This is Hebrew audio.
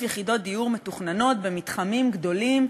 יחידות דיור מתוכננות במתחמים גדולים,